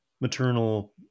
maternal